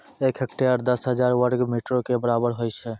एक हेक्टेयर, दस हजार वर्ग मीटरो के बराबर होय छै